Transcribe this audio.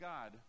God